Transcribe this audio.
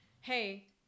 hey